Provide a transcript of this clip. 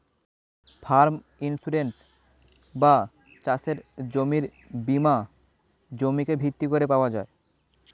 farm insurance বা চাষের জমির বীমা জমিকে ভিত্তি করে পাওয়া যায়